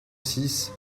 six